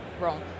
wrong